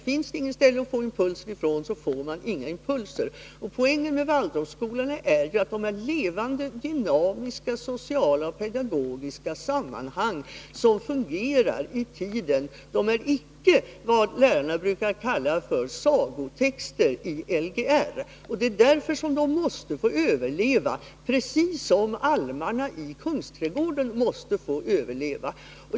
Finns det inte något ställe att få impulser från, får man heller inga impulser. Poängen med Waldorfskolorna är ju att de är levande, dynamiska, sociala och pedagogiska skolor som fungerar i tiden. De är icke vad lärarna brukar kalla sagotexter i Lgr. Därför måste dessa skolor få överleva — precis som almarna i Kungsträdgården måste få överleva.